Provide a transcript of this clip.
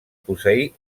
posseir